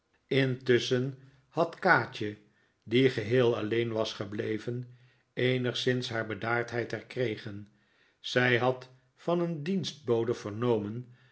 intusschen had kaatje die geheel alleen was gebleven eenigszins haar bedaardheid herkregen zij had van een dienstbode vernomen